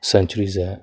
centuries ਹੈ